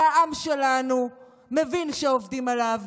והעם שלנו מבין שעובדים עליו.